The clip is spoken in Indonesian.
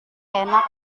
enak